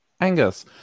Angus